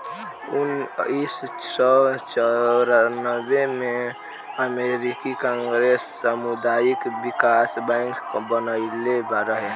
उनऽइस सौ चौरानबे में अमेरिकी कांग्रेस सामुदायिक बिकास बैंक बनइले रहे